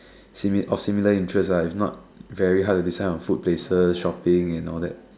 similar of similar interest ah if not very hard to decide on food places shopping and all that